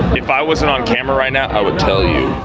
if i wasn't on camera right now, i would tell you.